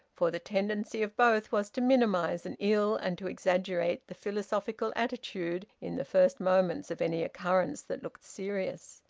for the tendency of both was to minimise an ill and to exaggerate the philosophical attitude in the first moments of any occurrence that looked serious.